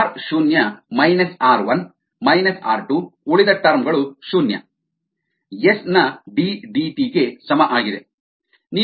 R ಶೂನ್ಯ minus r 1 minus r 2 ಉಳಿದ term ಗಳು ಶೂನ್ಯ ಎಸ್ ನ ಡಿ ಡಿಟಿ ಗೆ ಸಮ ಆಗಿದೆ